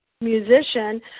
musician